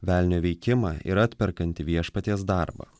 velnio veikimą ir atperkantį viešpaties darbą